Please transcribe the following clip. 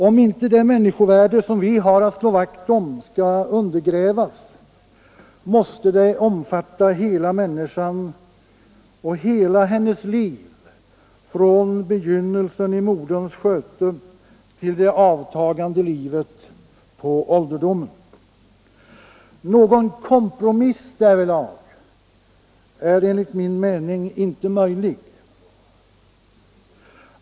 Om inte det människovärde som vi har att slå vakt om skall undergrävas, måste det omfatta hela människan och hela hennes liv från dess begynnelse i moderns sköte till det avtagande livet på ålderdomen. Någon kompromiss därvidlag är enligt min mening inte möjlig.